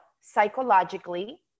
psychologically